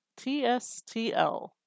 TSTL